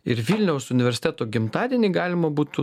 ir vilniaus universiteto gimtadienį galima būtų